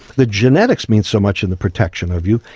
the genetics mean so much in the protection of you.